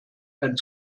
and